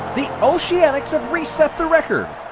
the oceanics have reset the record.